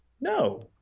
No